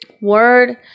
word